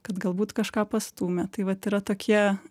kad galbūt kažką pastūmė tai vat yra tokie